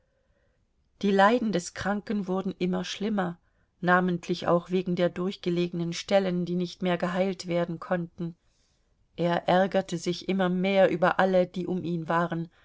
die leiden des kranken wurden immer schlimmer namentlich auch wegen der durchgelegenen stellen die nicht mehr geheilt werden konnten er ärgerte sich immer mehr über alle die um ihn waren